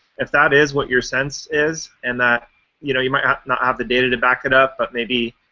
if that is what your sense is, and that you know you might not have the data to back it up, but maybe